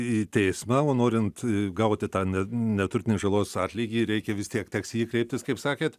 į teismąo norint gauti tą neturtinės žalos atlygį reikia vis tiek teks į jį kreiptis kaip sakėt